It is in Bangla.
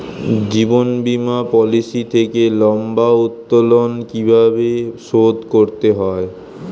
জীবন বীমা পলিসি থেকে লম্বা উত্তোলন কিভাবে শোধ করতে হয়?